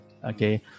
Okay